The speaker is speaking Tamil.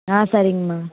ஆ சரிங்கம்மா